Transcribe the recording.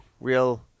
real